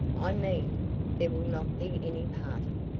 i mean there will not be any party,